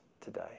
today